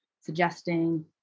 suggesting